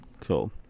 cool